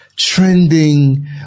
trending